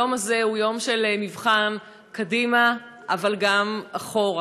היום הזה הוא יום של מבחן, קדימה אבל גם אחורה,